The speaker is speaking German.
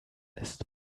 lässt